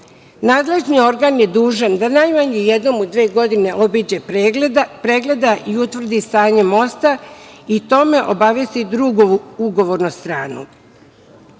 Nadležni organ je dužan da najmanje jednom u dve godine obiđe, pregleda i utvrdi stanje mosta i o tome obavesti drugu ugovornu stranu.